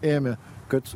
ėmė kad